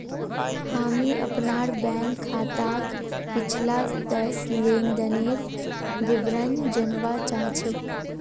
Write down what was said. हामी अपनार बैंक खाताक पिछला दस लेनदनेर विवरण जनवा चाह छि